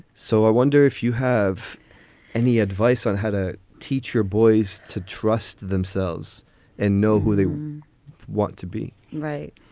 so i wonder if you have any advice on how to teach your boys to trust themselves and know who they want to be? right.